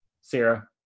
Sarah